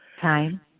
Time